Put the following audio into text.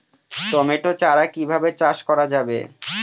Tomato চারা কিভাবে চাষ করা যাবে?